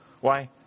Why